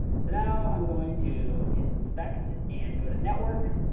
so now i'm going to inspect and go to network,